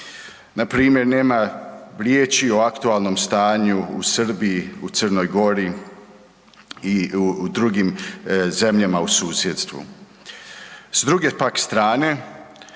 Npr. nema riječi o aktualnom stanju u Srbiji, u Crnoj Gori i u drugim zemljama u susjedstvu. S druge pak strane,